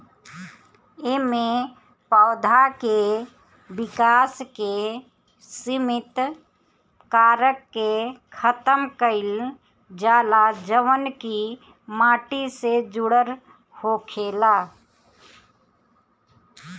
एमे पौधा के विकास के सिमित कारक के खतम कईल जाला जवन की माटी से जुड़ल होखेला